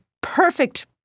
perfect